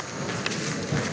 Hvala